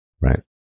right